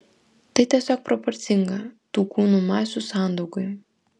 tai tiesiog proporcinga tų kūnų masių sandaugai